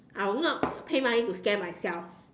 I will not pay money to scare myself